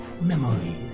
memories